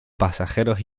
pasajeros